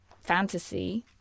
fantasy